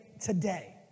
today